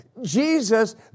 Jesus